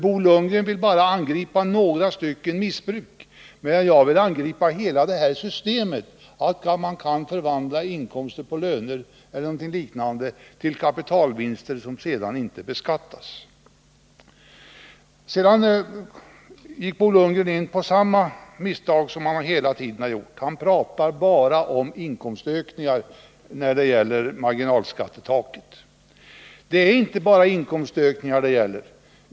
Bo Lundgren vill bara angripa några former av missbruk medan jag vill angripa hela systemet att man kan förvandla inkomster genom löner eller liknande till kapitalvinster som sedan inte beskattas. Vidare fortsatte Bo Lundgren att utgå från samma misstag som han hela tiden gjort sig skyldig till, nämligen att i ffråga om marginalskattetaket bara tala om inkomstökningar. Det är inte bara inkomstökningar det gäller.